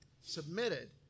submitted